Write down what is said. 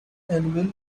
anvil